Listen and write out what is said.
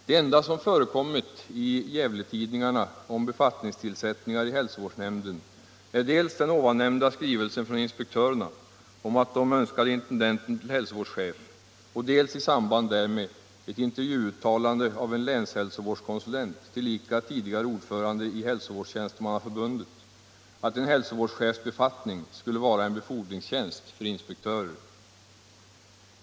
Det enda som förekommit i Gävletidningarna om befattningstillsättningar i hälsovårdsnämnden är dels den nämnda skrivelsen från inspektörerna om att de önskade intendenten till hälsovårdschef och dels i samband därmed ett intervjuuttalande av en länshälsovårdskonsulent, tillika tidigare ordförande i hälsovårdstjänstemannaförbundet, att en hälsovårdschefsbefattning skulle vara en befordringstjänst för inspektörer.